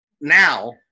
now